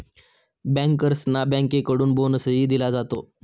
बँकर्सना बँकेकडून बोनसही दिला जातो